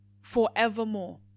forevermore